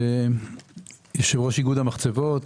אני יושב-ראש איגוד המחצבות.